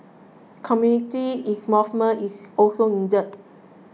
community involvement is also needed